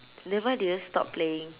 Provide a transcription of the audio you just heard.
then why did you stop playing